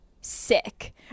sick